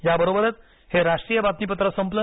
या बरोबरच हे राष्ट्रीय बातमीपत्र संपलं